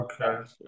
Okay